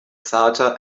ceuta